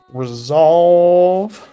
resolve